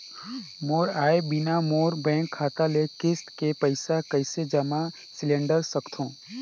मोर आय बिना मोर बैंक खाता ले किस्त के पईसा कइसे जमा सिलेंडर सकथव?